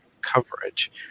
coverage